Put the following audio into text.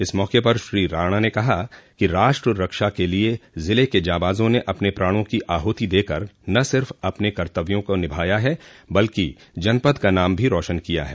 इस मौके पर श्री राणा ने कहा कि राष्ट्र रक्षा के लिये जिले के जाबाजों ने अपने प्राणों की आहुति देकर न सिर्फ अपने कर्तव्य को निभाया बल्कि जनपद का नाम भी रोशन किया है